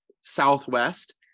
southwest